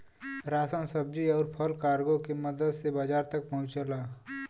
ration सब्जी आउर फल कार्गो के मदद से बाजार तक पहुंचला